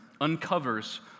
uncovers